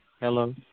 Hello